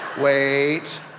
wait